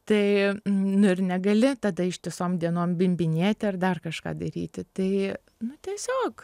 tai nu ir negali tada ištisom dienom bimbinėti ar dar kažką daryti tai nu tiesiog